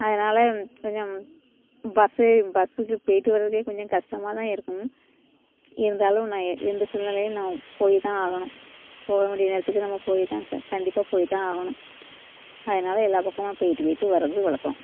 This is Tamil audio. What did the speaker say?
அதனால கொஞ்சம் பஸ் ஏறி பஸ்ஸுக்குப் போயிட்டு வர்றதுக்கே கொஞ்சம் கஷ்டமாக தான் இருக்கும் இருந்தாலும் நான் எ எந்த சூழ்நிலையில் நான் போய் தான் ஆகணும் போக வேண்டிய நேரத்துக்கு நம்ம போய் தான் க கண்டிப்பாக போய் தான் ஆகணும் அதனால் எல்லா பக்கமும் போயிட்டு போயிட்டு வர்றது வழக்கம்